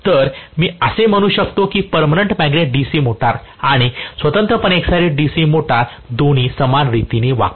तर मी असे म्हणू शकतो की पर्मनंट मॅग्नेट DC मोटर आणि स्वतंत्रपणे एक्साईटेड DC मोटर दोन्ही समान रीतीने वागतात